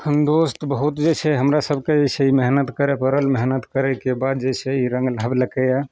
हम दोस्त बहुत जे छै हमरा सबके जे छै ई मेहनत करए पड़ल मेहनत करैके बाद जे छै ई रङ्ग लाबलकैए